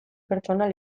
pertsonal